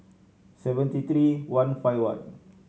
seventy three one five one